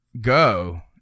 go